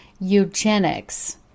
eugenics